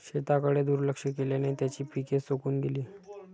शेताकडे दुर्लक्ष केल्याने त्यांची पिके सुकून गेली